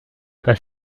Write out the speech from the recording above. pas